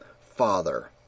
Father